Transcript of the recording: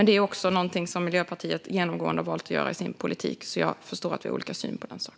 Det är dock någonting som Miljöpartiet genomgående har valt att göra i sin politik, så jag förstår att vi har olika syn på den saken.